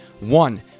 One